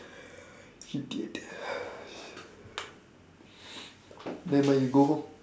idiot nevermind we go